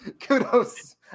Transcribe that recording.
kudos